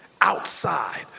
outside